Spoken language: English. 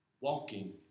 Walking